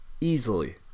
Easily